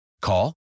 Call